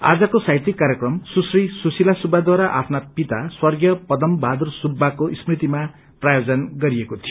आजको साहित्यिक कार्यक्रम सुश्री सुश्रती सुब्बाद्वारा आफ्ना पिता स्वग्रेय पदम बहादुर सुब्बाको स्मृतिमा प्रायोजन गरिएको थियो